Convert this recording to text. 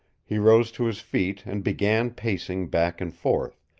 he rose to his feet, and began pacing back and forth,